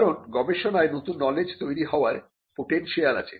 কারণ গবেষণায় নতুন নলেজ তৈরি হবার পোটেনশিয়াল আছে